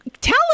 tell